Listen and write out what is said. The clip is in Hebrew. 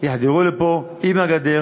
יחדרו לפה עם הגדר